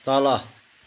तल